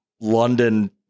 London